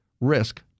risk